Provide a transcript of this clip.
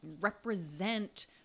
represent